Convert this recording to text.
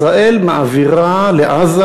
ישראל מעבירה לעזה,